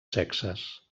sexes